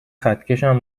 خطکشم